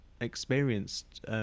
experienced